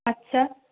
আচ্ছা